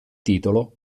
titolo